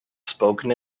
spoken